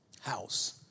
house